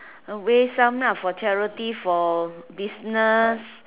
away some ah for charity for business